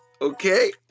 okay